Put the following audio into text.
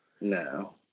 no